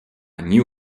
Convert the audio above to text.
new